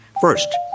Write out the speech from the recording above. First